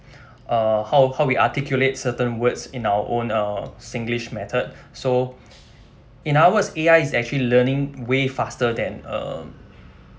uh how how we articulate certain words in our own uh singlish method so in other words A_I is actually learning way faster than um